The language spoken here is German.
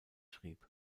schrieb